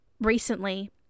recently